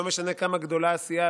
uלא משנה כמה גדולה הסיעה,